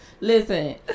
Listen